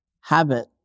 habit